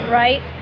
right